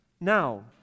now